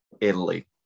Italy